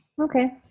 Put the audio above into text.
Okay